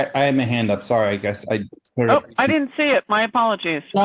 i am a hand up. sorry? i guess i you know i didn't see it. my apologies. no,